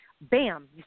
Bam